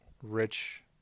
rich